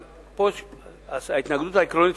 אבל ההתנגדות העקרונית,